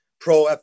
pro